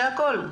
זה הכול,